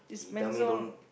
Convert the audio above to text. he tell me don't